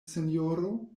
sinjoro